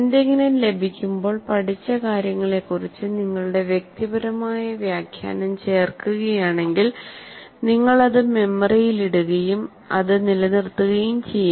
എന്തെങ്കിലും ലഭിക്കുമ്പോൾപഠിച്ച കാര്യങ്ങളെക്കുറിച്ച് നിങ്ങളുടെ വ്യക്തിപരമായ വ്യാഖ്യാനം ചേർക്കുകയാണെങ്കിൽ നിങ്ങൾ അത് മെമ്മറിയിൽ ഇടുകയും അത് നിലനിർത്തുകയും ചെയ്യും